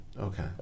Okay